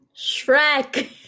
Shrek